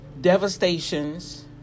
devastations